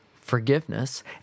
forgiveness